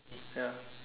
ya